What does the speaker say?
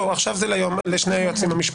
עכשיו זה לשני היועצים המשפטיים,